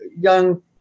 young